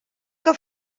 que